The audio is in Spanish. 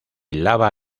lava